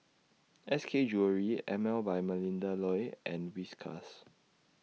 S K Jewellery Emel By Melinda Looi and Whiskas